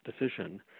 decision